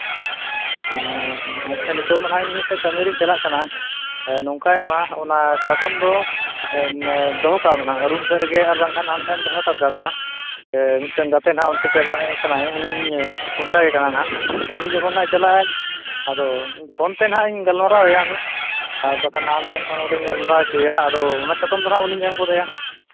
ᱟᱪᱪᱷᱟ ᱱᱤᱛᱚᱝ ᱢᱟ ᱦᱟᱸᱜ ᱤᱧ ᱢᱤᱫ ᱥᱮᱫ ᱠᱟᱹᱢᱤ ᱨᱤᱧ ᱪᱟᱞᱟᱜ ᱠᱟᱱᱟ ᱱᱚᱝᱠᱟᱭᱢᱟ ᱚᱱᱟ ᱪᱟᱛᱚᱢ ᱫᱚ ᱫᱚᱦᱚ ᱠᱟᱜ ᱢᱮ ᱦᱟᱸᱜ ᱨᱩᱢ ᱥᱮᱫ ᱨᱮᱜᱮ ᱵᱟᱝᱠᱷᱟᱱ ᱟᱢ ᱴᱷᱮᱱ ᱫᱚᱦᱚ ᱦᱟᱛᱟᱲ ᱠᱟᱜ ᱢᱮ ᱦᱟᱸᱜ ᱢᱤᱫᱴᱮᱱ ᱜᱟᱛᱮ ᱦᱟᱸᱜ ᱚᱱᱛᱮ ᱪᱟᱞᱟᱜ ᱠᱟᱱᱟᱭ ᱩᱱᱤ ᱠᱚᱱᱴᱟᱠᱴ ᱮ ᱠᱟᱱᱟ ᱦᱟᱸᱜ ᱩᱱᱤ ᱡᱚᱠᱷᱚᱱ ᱦᱟᱸᱜ ᱪᱟᱞᱟᱜ ᱟᱭ ᱟᱫᱚ ᱯᱷᱳᱱ ᱛᱮ ᱦᱟᱸᱜ ᱜᱟᱞᱢᱟᱨᱟᱣ ᱟᱭᱟ ᱩᱱᱤ ᱟᱨ ᱵᱟᱠᱷᱟᱱ ᱟᱢ ᱴᱷᱮᱱ ᱠᱷᱚᱱ ᱩᱱᱤᱧ ᱜᱟᱞᱢᱟᱨᱟᱣ ᱦᱚᱪᱚᱭᱮᱭᱟ ᱟᱫᱚ ᱚᱱᱟ ᱪᱟᱛᱚᱢ ᱫᱚ ᱦᱟᱸᱜ ᱩᱱᱤᱢ ᱮᱢ ᱜᱚᱫ ᱟᱭᱟ